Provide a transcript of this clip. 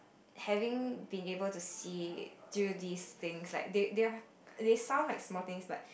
having been able to see through these things like they they are they sound like small things but